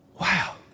Wow